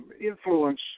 influence